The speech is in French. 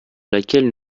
laquelle